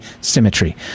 symmetry